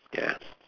ya